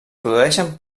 produeixen